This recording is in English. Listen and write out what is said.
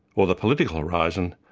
or the political horizon,